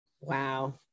wow